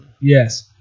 Yes